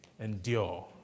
endure